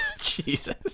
Jesus